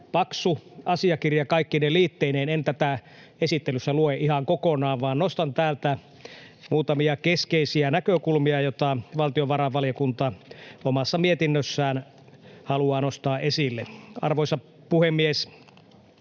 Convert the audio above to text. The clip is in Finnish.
paksu asiakirja kaikkine liitteineen. En tätä esittelyssä lue ihan kokonaan, vaan nostan täältä muutamia keskeisiä näkökulmia, joita valtiovarainvaliokunta omassa mietinnössään haluaa nostaa esille. Arvoisa puhemies!